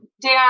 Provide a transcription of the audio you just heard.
dan